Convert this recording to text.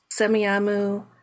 Semiamu